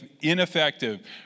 ineffective